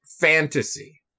fantasy